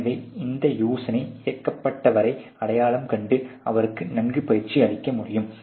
எனவே இந்த யோசனை இயக்கப்பட்டவரை அடையாளம் கண்டு அவருக்கு நன்கு பயிற்சி அளிக்க முடியும்